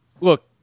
look